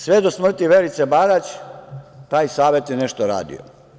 Sve do smrti Verice Barać taj savet je nešto radio.